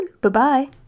bye-bye